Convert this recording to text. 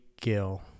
gill